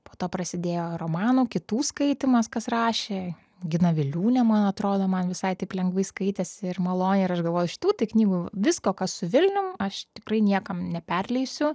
po to prasidėjo romanų kitų skaitymas kas rašė gina viliūnė man atrodo man visai taip lengvai skaitėsi ir maloniai ir aš galvojau šitų tai knygų visko kas su vilnium aš tikrai niekam neperleisiu